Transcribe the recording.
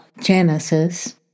Genesis